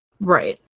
Right